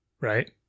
Right